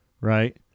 right